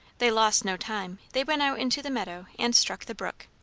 they lost no time they went out into the meadow and struck the brook.